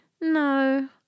no